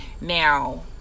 now